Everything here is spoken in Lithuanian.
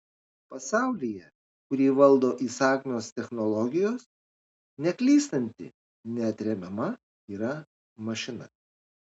pasaulyje kurį valdo įsakmios technologijos neklystanti neatremiama yra mašina